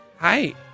Hi